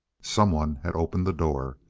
someone had opened the door.